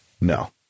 No